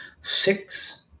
six